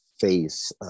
face